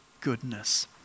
goodness